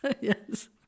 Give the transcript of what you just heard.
Yes